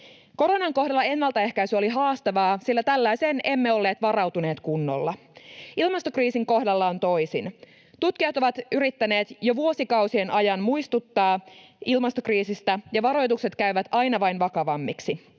Koronan kohdalla ennaltaehkäisy oli haastavaa, sillä tällaiseen emme olleet varautuneet kunnolla. Ilmastokriisin kohdalla on toisin. Tutkijat ovat yrittäneet jo vuosikausien ajan muistuttaa ilmastokriisistä, ja varoitukset käyvät aina vain vakavammiksi.